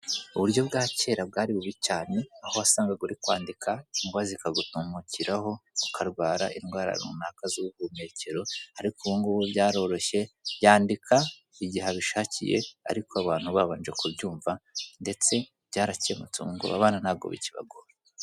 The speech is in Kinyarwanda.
Uburyo bwa kera bwari bubi cyane aho wasangaga uri kwandika inkuba zikagutumukiraho ukarwara indwara runaka z'ubuhumekero, ariko ubugubu byaroroshye yandika igihe abishakiye ariko abantu babanje kubyumva, ndetse byarakemutse ubu ngubu abana ntabwo bikibagora.